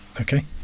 Okay